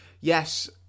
yes